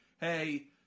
hey